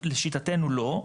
לשיטתנו לא.